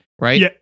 right